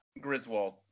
Griswold